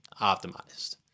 optimized